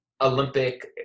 Olympic